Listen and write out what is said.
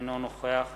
אינו נוכח